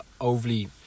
overly